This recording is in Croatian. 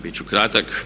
Bit ću kratak.